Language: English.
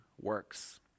works